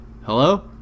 hello